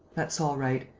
that's all right.